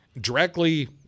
directly